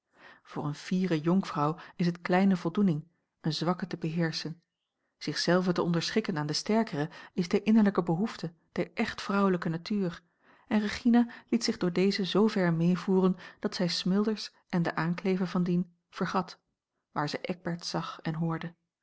voor eene fiere jonkvrouw is het kleine voldoening een zwakke te beheerschen zich zelve te onderschikken aan den sterkere is de innerlijke behoefte der echt vrouwelijke natuur en regina liet zich door deze zoover meevoeren dat zij smilders en den aankleve van dien vergat waar ze eckbert zag en hoorde